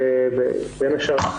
בין השאר,